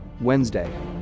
Wednesday